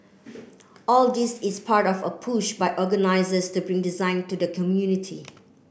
all this is part of a push by organisers to bring design to the community